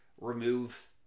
remove